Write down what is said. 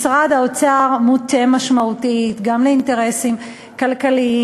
משרד האוצר מוטה משמעותית גם לאינטרסים כלכליים,